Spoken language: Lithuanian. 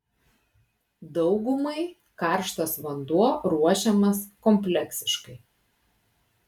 daugumai karštas vanduo ruošiamas kompleksiškai